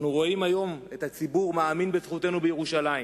אנחנו רואים היום את הציבור מאמין בזכותנו על ירושלים.